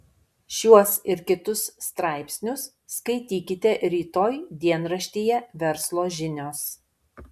šiuos ir kitus straipsnius skaitykite rytoj dienraštyje verslo žinios